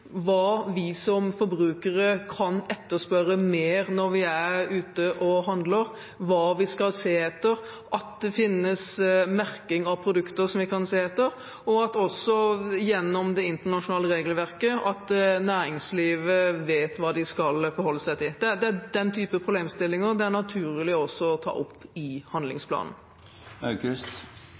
hva vi som forbrukere kan etterspørre mer når vi er ute og handler, hva vi skal se etter, at det finnes merking av produkter som vi kan se etter, og at næringslivet vet hva de skal forholde seg til, også gjennom det internasjonale regelverket. Det er den type problemstillinger det er naturlig også å ta opp i